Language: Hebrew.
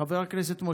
חברי הכנסת,